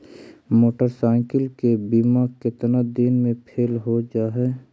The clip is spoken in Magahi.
मोटरसाइकिल के बिमा केतना दिन मे फेल हो जा है?